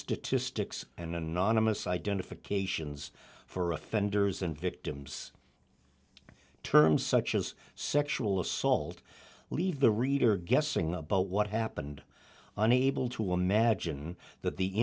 statistics and anonymous identifications for offenders and victims terms such as sexual assault leave the reader guessing about what happened unable to imagine that the